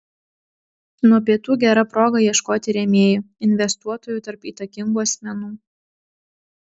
nuo pietų gera proga ieškoti rėmėjų investuotojų tarp įtakingų asmenų